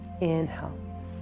Inhale